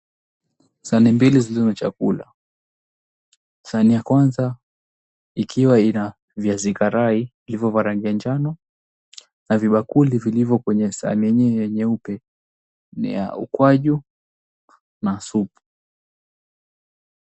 Sahani mbili zilizo na chakula. Sahani ya kwanza ikiwa ina viazi karai ilivyo vya rangi ya njano na vibakuli vilivyo kwenye sahani yenyewe ya nyeupe ni ya ukwaju na supu.